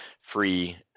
free